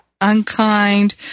unkind